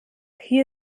hier